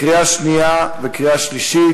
לקריאה שנייה וקריאה שלישית.